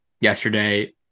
yesterday